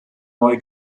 neu